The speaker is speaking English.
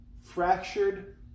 Fractured